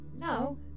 No